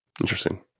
Interesting